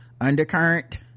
undercurrent